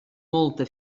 molta